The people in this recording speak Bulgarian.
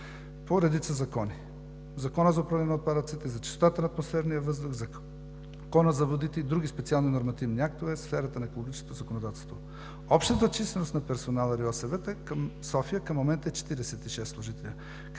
по редица закони – Закона за управление на отпадъците, Закона за чистотата на атмосферния въздуха, Закона за водите и други специални нормативни актове в сферата на екологическото законодателство. Общата численост на персонала в РИОСВ – София, към момента е 46 служители,